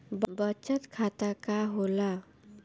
बचत खाता का होला?